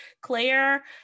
Claire